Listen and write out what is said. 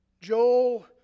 Joel